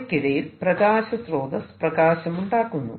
അവക്കിടയിൽ പ്രകാശ സ്രോതസ് പ്രകാശം ഉണ്ടാക്കുന്നു